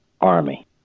Army